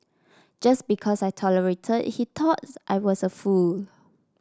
just because I tolerated he thought I was a fool